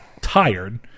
tired